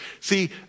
See